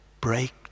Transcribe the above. break